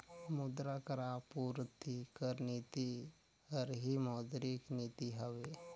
मुद्रा कर आपूरति कर नीति हर ही मौद्रिक नीति हवे